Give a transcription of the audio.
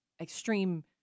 extreme